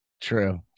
True